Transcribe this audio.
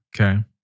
Okay